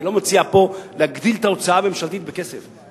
אני לא מציע פה להגדיל את ההוצאה הממשלתית בכסף,